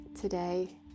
today